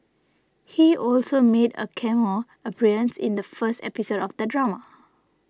he also made a cameo appearance in the first episode of the drama